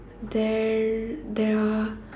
there there are